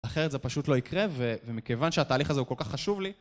אחרת זה פשוט לא יקרה ומכיוון שהתהליך הזה הוא כל כך חשוב לי